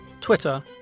Twitter